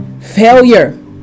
Failure